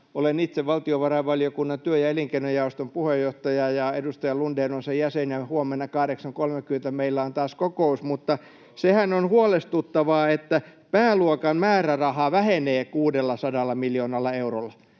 olen itse valtiovarainvaliokunnan työ- ja elinkeinojaoston puheenjohtaja ja edustaja Lundén on sen jäsen ja huomenna 8.30 meillä on taas kokous [Mikko Lundén: Paikalla!] — niin sehän on huolestuttavaa, että pääluokan määrärahaa vähenee 600 miljoonalla eurolla.